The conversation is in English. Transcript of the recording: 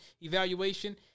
Evaluation